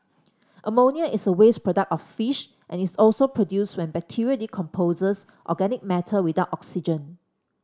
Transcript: ammonia is a waste product of fish and is also produced when bacteria decomposes organic matter without oxygen